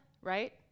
right